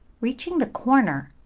reaching the corner,